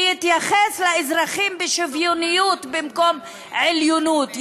ויתייחס לאזרחים בשוויוניות במקום עליונות,